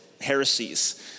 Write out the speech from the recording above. heresies